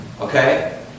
Okay